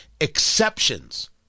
exceptions